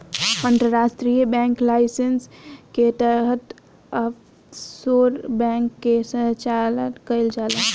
अंतर्राष्ट्रीय banking licence के तहत ऑफशोर बैंक के संचालन कईल जाला